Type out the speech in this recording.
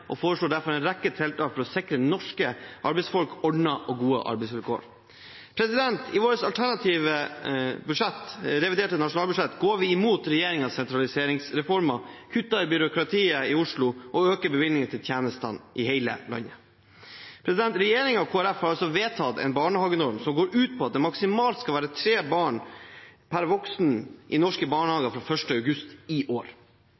og foreslår derfor en rekke tiltak for å sikre norske arbeidsfolk ordnede og gode arbeidsvilkår. I vårt alternative reviderte nasjonalbudsjett går vi imot regjeringens sentraliseringsreformer, kutter i byråkratiet i Oslo og øker bevilgningene til tjenester i hele landet. Regjeringen og Kristelig Folkeparti har vedtatt en barnehagenorm som går ut på at det maksimalt skal være tre barn per voksen i norske barnehager fra 1. august i år.